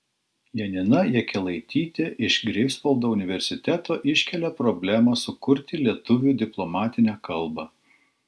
janina jakelaitytė iš greifsvaldo universiteto iškelia problemą sukurti lietuvių diplomatinę kalbą